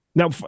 now